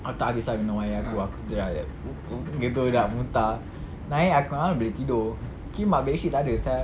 aku tak habis ah minum air aku aku dah gitu nak muntah naik aku ingatkan boleh tidur bed sheet tak ada sia